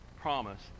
promise